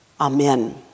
Amen